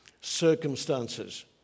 circumstances